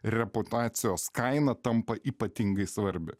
reputacijos kaina tampa ypatingai svarbi